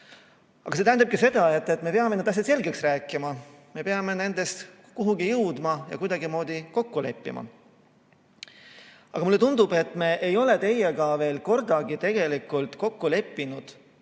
See tähendabki seda, et me peame need asjad selgeks rääkima. Me peame nendega kuhugi jõudma ja kuidagimoodi kokku leppima. Mulle tundub, et me ei ole teiega veel kordagi tegelikult kokku leppinud,